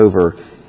over